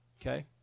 okay